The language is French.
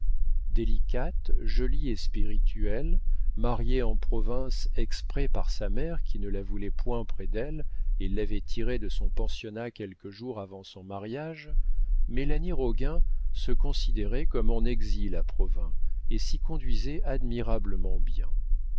délicate jolie et spirituelle mariée en province exprès par sa mère qui ne la voulait point près d'elle et l'avait tirée de son pensionnat quelques jours avant son mariage mélanie roguin se considérait comme en exil à provins et s'y conduisait admirablement bien